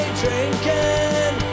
drinking